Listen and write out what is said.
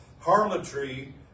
harlotry